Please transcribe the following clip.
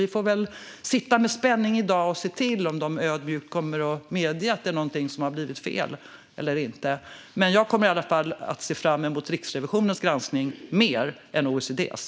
Vi får sitta med spänning i dag och se om de ödmjukt kommer att medge att något har blivit fel. Jag ser i varje fall mer fram emot Riksrevisionens granskning än OECD:s.